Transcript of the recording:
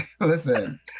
listen